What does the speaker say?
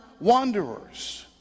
wanderers